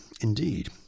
Indeed